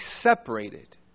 separated